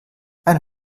eine